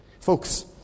Folks